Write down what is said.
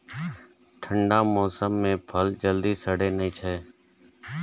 ठंढा मौसम मे फल जल्दी सड़ै नै छै